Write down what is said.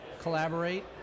collaborate